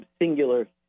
singular